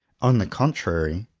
on the contrary,